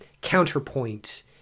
counterpoint